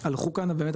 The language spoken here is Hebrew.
הלכו כאן באמת,